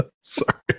sorry